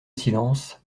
silence